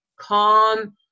calm